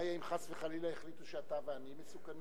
מה יהיה אם חס וחלילה יחליטו שאתה ואני מסוכנים?